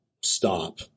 stop